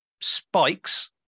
spikes